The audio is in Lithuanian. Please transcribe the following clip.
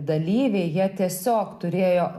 dalyviai jie tiesiog turėjo